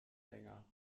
länger